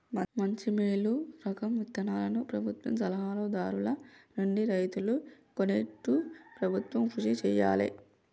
మంచి మేలు రకం విత్తనాలను ప్రభుత్వ సలహా దారుల నుండి రైతులు కొనేట్టు ప్రభుత్వం కృషి చేయాలే